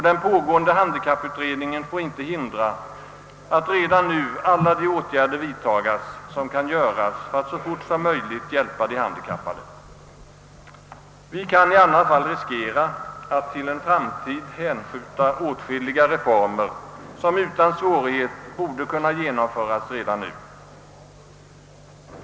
Den pågående handikapputredningen får inte hindra att redan nu alla de åtgärder vidtages, som kan göras för att så fort som möjligt hjälpa de handikappade. Vi kan i annat fall riskera att till en framtid hänskjuta åtskilliga reformer, som utan svårighet borde kunna genomföras redan nu.